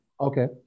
okay